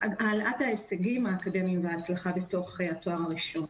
להעלאת ההישגים האקדמיים וההצלחה בתואר הראשון.